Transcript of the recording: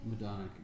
Madonna